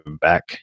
back